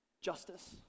justice